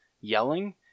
yelling